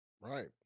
Right